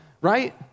right